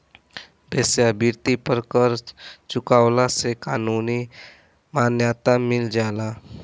वेश्यावृत्ति पर कर चुकवला से कानूनी मान्यता मिल जाला